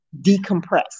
decompress